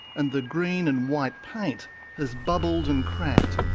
and the green and white paint has bubbled and cracked,